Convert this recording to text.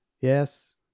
yes